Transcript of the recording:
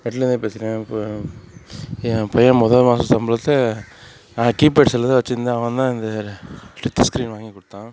நெட்லேருந்தே பேசிக்கலாம் இப்போ என் பையன் மொதல் மாத சம்பளத்தில் நான் கீபேட் செல் தான் வச்சுருந்தேன் அவன் தான் இந்த டச்சு ஸ்கிரீன் வாங்கிக் கொடுத்தான்